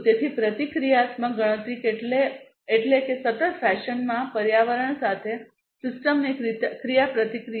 તેથી પ્રતિક્રિયાત્મક ગણતરી એટલે કે સતત ફેશનમાં પર્યાવરણ સાથે સિસ્ટમની ક્રિયાપ્રતિક્રિયા